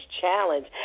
challenge